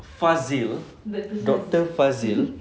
fazil doctor fazil